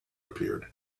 appeared